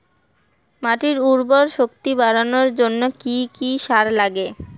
মাটির উর্বর শক্তি বাড়ানোর জন্য কি কি সার লাগে?